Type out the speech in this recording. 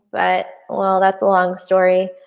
but well, that's a long story.